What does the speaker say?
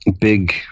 big